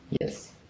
yes